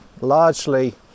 largely